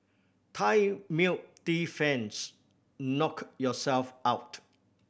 Thai milk tea fans knock yourselves out